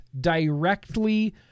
directly